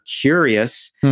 curious